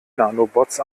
nanobots